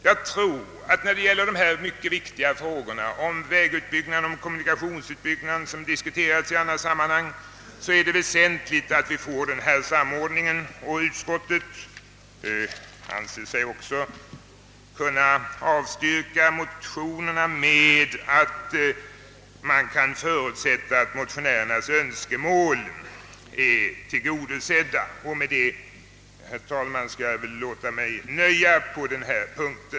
Jag tror att det i de mycket viktiga frågorna om utbyggnaden av vägarna och kommunikationerna över huvud taget, som ju har diskuterats i annat sammanhang, är väsentligt, att man får till stånd en sådan samordning. Utskottet anser sig kunna avstyrka motionen med att man kan förutsätta, att motionärernas önskemål blir tillgodosedda. Med det skall jag, herr talman, låta mig nöja på denna punkt.